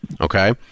Okay